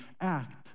act